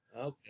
okay